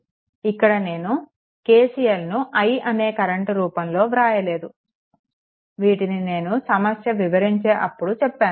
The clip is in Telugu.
నేను ఇక్కడ KCLను i అనే కరెంట్ రూపంలో వ్రాయలేదు వీటిని నేను సమస్య వివరించే అప్పుడు చెప్పాను